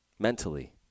mentally